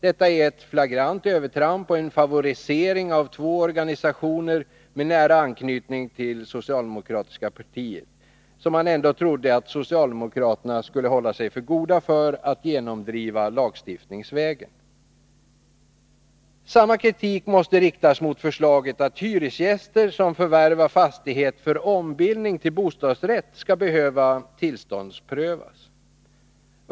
Detta är ett flagrant övertramp och en favorisering av två organisationer, nära anknutna till socialdemokratiska partiet, vilken man ändå trodde att socialdemokraterna skulle hålla sig för goda att genomdriva lagstiftningsvägen. Samma kritik måste riktas mot förslaget att hyresgäster som förvärvar fastighet för ombildning till bostadsrätt skall behöva tillståndsprövas.